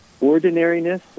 ordinariness